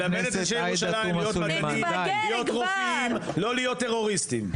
ללמד את אנשי ירושלים להיות רופאים לא להיות טרוריסטים.